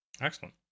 Excellent